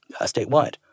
statewide